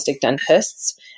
dentists